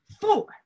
four